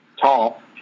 tall